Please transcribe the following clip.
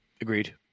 Agreed